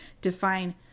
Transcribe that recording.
define